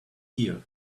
here